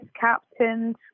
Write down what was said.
captains